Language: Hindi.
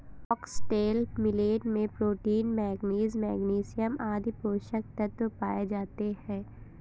फॉक्सटेल मिलेट में प्रोटीन, मैगनीज, मैग्नीशियम आदि पोषक तत्व पाए जाते है